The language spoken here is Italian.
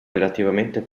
relativamente